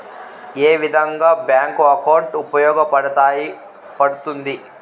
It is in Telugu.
ఏ విధంగా బ్యాంకు అకౌంట్ ఉపయోగపడతాయి పడ్తుంది